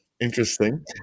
interesting